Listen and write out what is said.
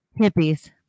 Hippies